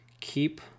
keep